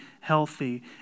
healthy